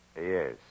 Yes